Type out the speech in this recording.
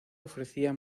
ofrecía